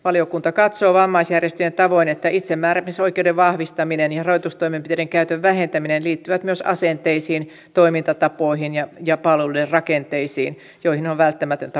valiokunta katsoo vammaisjärjestöjen tavoin että itsemääräämisoikeuden vahvistaminen ja rajoitustoimenpiteiden käytön vähentäminen liittyvät myös asenteisiin toimintatapoihin ja palveluiden rakenteisiin joihin on välttämätöntä vaikuttaa